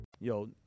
Yo